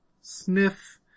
Sniff